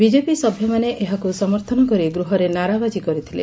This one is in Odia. ବିଜେପି ସଭ୍ୟମାନେ ଏହାକୁ ସମର୍ଥନ କରି ଗୃହରେ ନାରାବାଜି କରିଥିଲେ